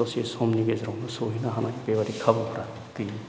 दसे समनि गेजेरावनो सहैनो हानाय बेबायदि खाबुफ्रा गैया